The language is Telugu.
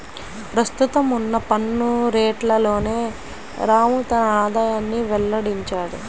ప్రస్తుతం ఉన్న పన్ను రేట్లలోనే రాము తన ఆదాయాన్ని వెల్లడించాడు